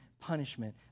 punishment